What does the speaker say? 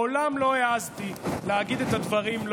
מעולם לא העזתי להגיד את הדברים,